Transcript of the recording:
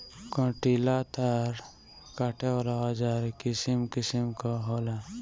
कंटीला तार काटे वाला औज़ार किसिम किसिम कअ होला